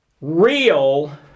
real